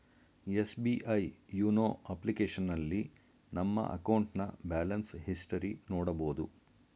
SBI YONO ಅಪ್ಲಿಕೇಶನ್ನಲ್ಲಿ ನಮ್ಮ ಅಕೌಂಟ್ನ ಬ್ಯಾಲೆನ್ಸ್ ಹಿಸ್ಟರಿ ನೋಡಬೋದು